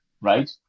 right